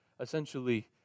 essentially